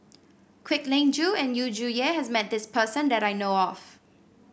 Kwek Leng Joo and Yu Zhuye has met this person that I know of